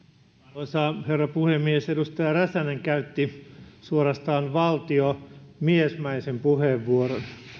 arvoisa herra puhemies edustaja räsänen käytti suorastaan valtiomiesmäisen puheenvuoron